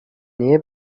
nähe